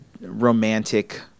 romantic